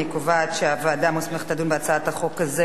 אני קובעת שהוועדה המוסמכת לדון בהצעת החוק הזאת